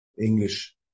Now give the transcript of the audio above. English